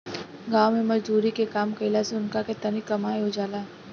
गाँव मे मजदुरी के काम कईला से उनका के तनी कमाई हो जाला